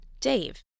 Dave